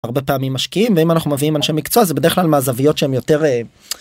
הרבה פעמים משקיעים ואם אנחנו מביאים אנשי מקצוע זה בדרך כלל מהזוויות שהם יותר.